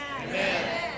Amen